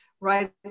right